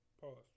Pause